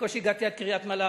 בקושי הגעתי עד קריית-מלאכי.